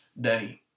day